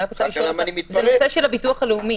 שלחנו אותו למלון.